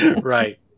Right